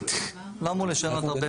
לא אמור לשנות הרבה,